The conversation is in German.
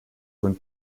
von